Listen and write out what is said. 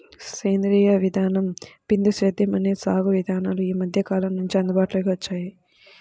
సేంద్రీయ విధానం, బిందు సేద్యం అనే సాగు విధానాలు ఈ మధ్యకాలం నుంచే అందుబాటులోకి వచ్చాయి